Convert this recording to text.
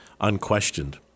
unquestioned